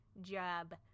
job